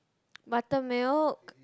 buttermilk